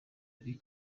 muri